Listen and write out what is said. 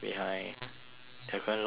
they're going to lock us behind